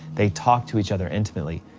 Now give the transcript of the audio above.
they talk to each other intimately,